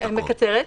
אני מקצרת.